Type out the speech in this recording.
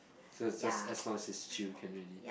so it's just as long it's chill can already